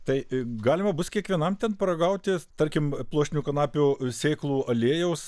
tai galima bus kiekvienam ten paragauti tarkim pluoštinių kanapių sėklų aliejaus